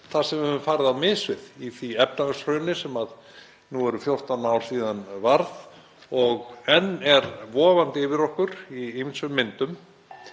það sem við fórum á mis við í því efnahagshruni sem nú eru 14 ár síðan varð og enn er vofandi yfir okkur í ýmsum myndum.